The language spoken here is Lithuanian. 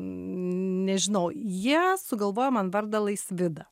nežinau jie sugalvojo man vardą laisvida